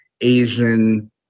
Asian